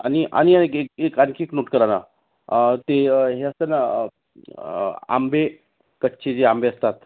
आणि आणि आणखी एक एक आणखी एक नोट करा ना ते हे असतं ना आंबे कच्चे जे आंबे असतात